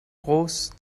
groß